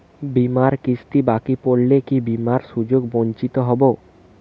বিমার কিস্তি বাকি পড়লে কি বিমার সুযোগ থেকে বঞ্চিত হবো?